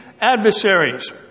adversaries